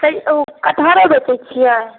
छै ओ कठहरो बेचै छियै